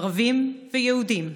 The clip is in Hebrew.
ערבים ויהודים,